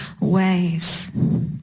ways